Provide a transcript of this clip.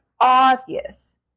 obvious